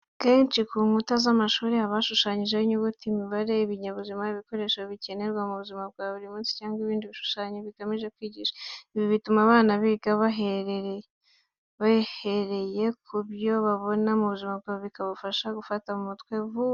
Akenshi ku nkuta z'amashuri haba hashushanyijeho inyuguti, imibare, ibinyabuzima, ibikoresho bikenerwa mu buzima bwa buri munsi cyangwa ibindi bishushanyo bigamije kwigisha. Ibi bituma abana biga bahereye ku byo babona buri munsi, bikabafasha gufata mu mutwe vuba.